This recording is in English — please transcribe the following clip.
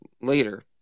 later